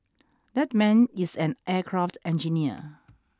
that man is an aircraft engineer